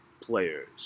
players